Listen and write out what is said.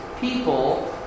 people